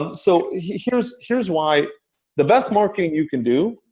um so here's here's why the best marketing you can do,